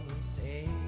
say